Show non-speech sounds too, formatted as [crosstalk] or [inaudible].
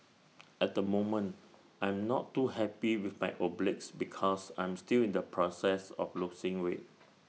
[noise] at the moment I am not too happy with my obliques because I am still in the process of losing weight